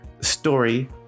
story